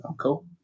Cool